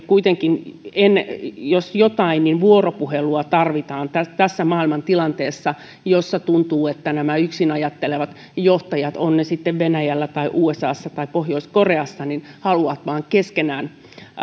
kuitenkin jos jotain niin vuoropuhelua tarvitaan tässä maailmantilanteessa jossa tuntuu että nämä yksin ajattelevat johtajat ovat ne sitten venäjällä tai usassa tai pohjois koreassa haluavat vain keskenään